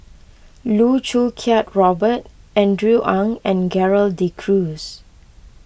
Loh Choo Kiat Robert Andrew Ang and Gerald De Cruz